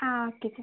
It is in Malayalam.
ആ ഓക്കേ സർ